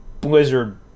blizzard